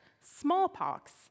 smallpox